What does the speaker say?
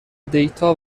دیتا